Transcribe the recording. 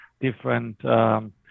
different